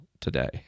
today